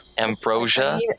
Ambrosia